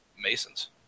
Masons